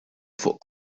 fuq